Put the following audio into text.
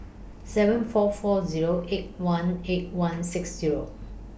seven four four Zero eight one eight one six Zero